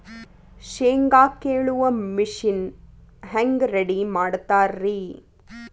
ಶೇಂಗಾ ಕೇಳುವ ಮಿಷನ್ ಹೆಂಗ್ ರೆಡಿ ಮಾಡತಾರ ರಿ?